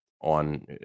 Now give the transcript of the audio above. on